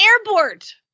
airport